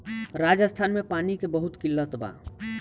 राजस्थान में पानी के बहुत किल्लत बा